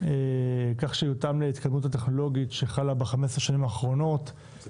כך שיותאם להתקדמות הטכנולוגית שחלה ב-15 השנים האחרונות,